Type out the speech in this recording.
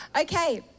Okay